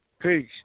Peace